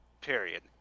period